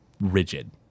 rigid